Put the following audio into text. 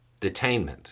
detainment